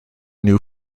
new